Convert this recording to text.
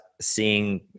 seeing